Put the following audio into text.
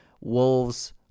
Wolves